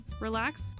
Relax